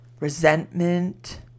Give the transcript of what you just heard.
resentment